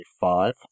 five